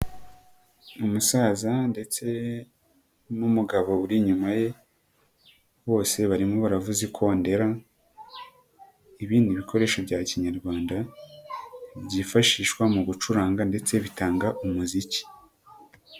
Umusaza ndetse n'umugabo uri inyuma ye bose barimo baravuza ikondera, ibi ni ibikoresho bya kinyarwanda byifashishwa mu gucuranga ndetse bitanga umuziki.